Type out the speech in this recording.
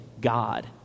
God